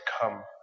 Come